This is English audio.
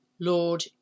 Lord